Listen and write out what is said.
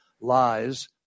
lies